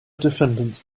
defendants